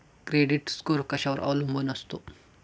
Credit score कशावर अवलंबून असतो?